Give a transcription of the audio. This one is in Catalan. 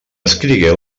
escrigué